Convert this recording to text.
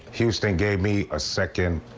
houston gave me a second